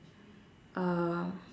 um